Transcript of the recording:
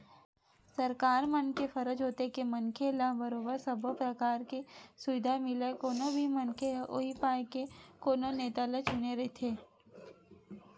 सरकार मन के फरज होथे के मनखे ल बरोबर सब्बो परकार के सुबिधा मिलय कोनो भी मनखे ह उहीं पाय के कोनो नेता ल चुने रहिथे